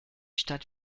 stadt